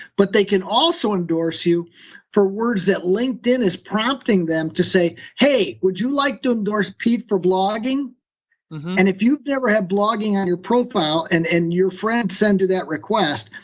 but they can also endorse you for words that linkedin is prompting them to say, hey, would you like to endorse pete for blogging and if you've never had blogging on your profile and and your friend sends you that request,